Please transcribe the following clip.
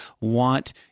want